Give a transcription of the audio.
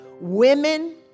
Women